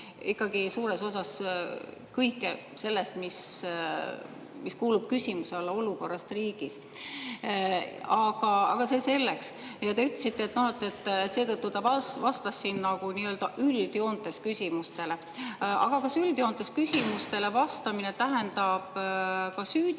ikkagi suures osas kõike sellest, mis kuulub küsimuse alla "Olukord riigis". Aga see selleks. Te ütlesite, et seetõttu ta vastas siin nagu üldjoontes küsimustele. Aga kas üldjoontes küsimustele vastamine tähendab ka süüdistusi